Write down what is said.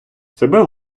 себе